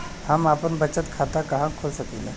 हम आपन बचत खाता कहा खोल सकीला?